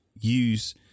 use